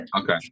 Okay